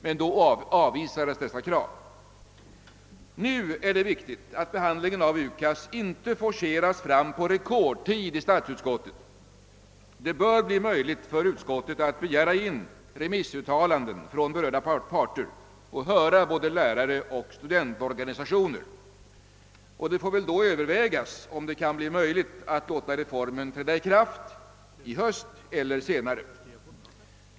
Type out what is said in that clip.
Men då avvisades dessa krav. Nu är det viktigt att behandlingen av UKAS inte forceras fram på rekordtid i statsutskottet. Det bör bli möjligt för utskottet att begära in remissuttalanden från berörda parter och höra både läraroch studentorganisationer. Det får väl då övervägas, om det blir möjligt att låta reformen träda i kraft i höst eller senare.